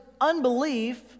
unbelief